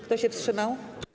Kto się wstrzymał?